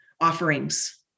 offerings